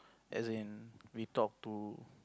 as in we talk to